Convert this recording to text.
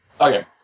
Okay